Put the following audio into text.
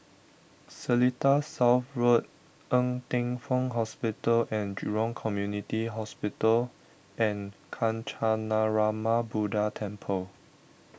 Seletar South Road Ng Teng Fong Hospital and Jurong Community Hospital and Kancanarama Buddha Temple